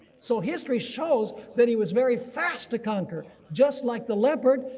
so history shows that he was very fast to conquer, just like the leopard,